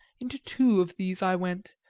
into two of these i went,